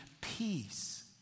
peace